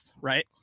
Right